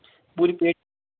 पूरी पेट